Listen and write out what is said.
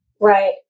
Right